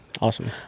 Awesome